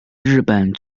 日本